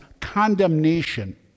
condemnation